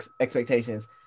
expectations